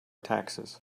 taxes